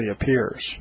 appears